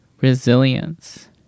resilience